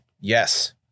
Yes